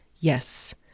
Yes